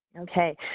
Okay